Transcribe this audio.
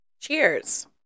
Cheers